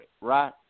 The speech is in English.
right